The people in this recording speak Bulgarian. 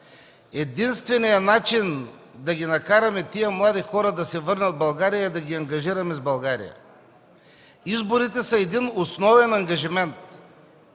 Единственият начин да накараме тези млади хора да се върнат в България е да ги ангажираме с България. Изборите са един основен ангажимент.